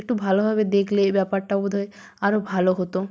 একটু ভালোভাবে দেখলে ব্যাপারটা বোধহয় আরও ভালো হতো